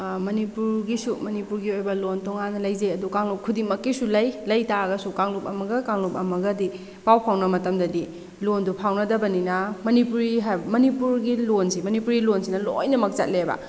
ꯃꯅꯤꯄꯨꯔꯒꯤꯁꯨ ꯃꯅꯤꯄꯨꯔꯒꯤ ꯑꯣꯏꯕ ꯂꯣꯟ ꯇꯣꯉꯥꯟꯅ ꯂꯩꯖꯩ ꯑꯗꯨ ꯀꯥꯡꯂꯨꯞ ꯈꯨꯗꯤꯡꯃꯛꯀꯤꯁꯨ ꯂꯩ ꯂꯩꯇꯥꯔꯒꯁꯨ ꯀꯥꯡꯂꯨꯞ ꯑꯃꯒ ꯀꯥꯡꯂꯨꯞ ꯑꯃꯒꯗꯤ ꯄꯥꯎ ꯐꯥꯎꯅ ꯃꯇꯝꯗꯗꯤ ꯂꯣꯟꯗꯨ ꯐꯥꯎꯅꯗꯕꯅꯤꯅ ꯃꯅꯤꯄꯨꯔꯤ ꯃꯅꯤꯄꯨꯔꯒꯤ ꯂꯣꯟꯁꯤ ꯃꯅꯤꯄꯨꯔꯤ ꯂꯣꯟꯁꯤꯅ ꯂꯣꯏꯅꯃꯛ ꯆꯠꯂꯦꯕ